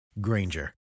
Granger